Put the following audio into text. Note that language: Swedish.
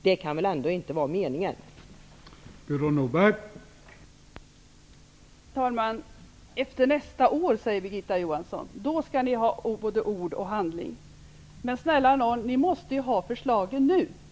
Det kan väl ändå inte vara hennes mening.